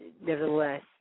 nevertheless